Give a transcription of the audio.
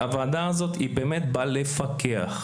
הוועדה הזאת באמת באה לפקח.